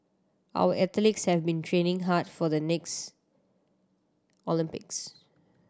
our athletes have been training hard for the next Olympics